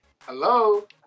hello